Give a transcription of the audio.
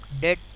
dead